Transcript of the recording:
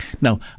Now